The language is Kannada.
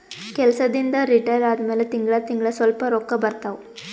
ಕೆಲ್ಸದಿಂದ್ ರಿಟೈರ್ ಆದಮ್ಯಾಲ ತಿಂಗಳಾ ತಿಂಗಳಾ ಸ್ವಲ್ಪ ರೊಕ್ಕಾ ಬರ್ತಾವ